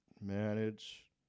Manage